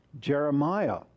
Jeremiah